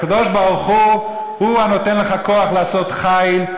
הקדוש-ברוך-הוא הוא הנותן לך כוח לעשות חיל,